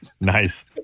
Nice